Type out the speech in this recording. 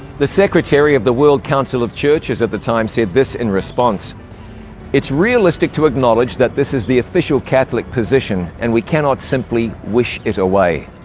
the secretary of the world council of churches at the time said this in response it's realistic to acknowledge that this is the official catholic position and we cannot simply wish it away.